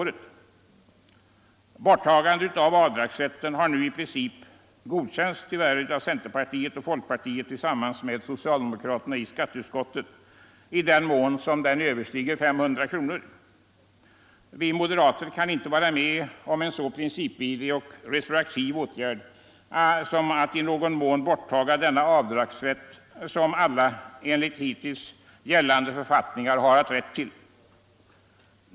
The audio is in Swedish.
Förslaget om borttagande av den avdragsrätten har tyvärr nu i princip tillstyrkts av centerpartiets, folkpartiets och socialdemokraternas ledamöter i skatteutskottet, i den mån avdraget överstiger 500 kronor. Vi moderater kan emellertid inte vara med om en så principvidrig och retroaktiv åtgärd som att till viss del bortta denna avdragsrätt, som alla har rätt till enligt hittills gällande författningar.